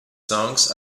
songs